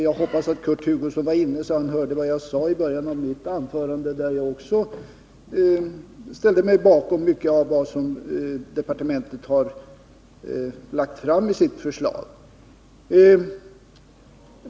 Jag hoppas att Kurt Hugosson var inne, så att han hörde vad jag sade i början av mitt anförande, där jag också ställde mig bakom mycket av vad departementet har lagt fram i sitt förslag.